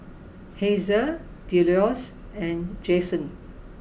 Hazel Delois and Jaxon